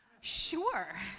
Sure